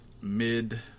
mid